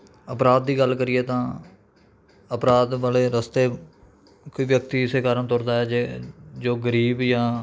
ਅਪਰਾਧ ਦੀ ਗੱਲ ਕਰੀਏ ਤਾਂ ਅਪਰਾਧ ਵਾਲੇ ਰਸਤੇ ਕੋਈ ਵਿਅਕਤੀ ਇਸ ਕਾਰਨ ਤੁਰਦਾ ਹੈ ਜੋ ਗਰੀਬ ਜਾਂ